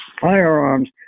firearms